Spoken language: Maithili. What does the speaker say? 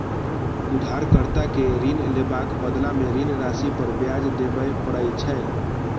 उधारकर्ता कें ऋण लेबाक बदला मे ऋण राशि पर ब्याज देबय पड़ै छै